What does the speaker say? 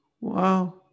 Wow